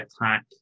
attack